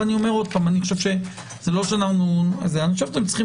אני אומר שוב שאני חושב שאתם צריכים